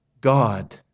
God